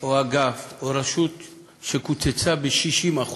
או אגף או רשות שקוצצו ב-60%.